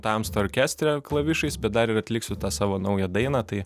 tamsta orkestre klavišais bet dar ir atliksiu tą savo naują dainą tai